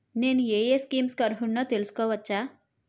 నేను యే యే స్కీమ్స్ కి అర్హుడినో తెలుసుకోవచ్చా?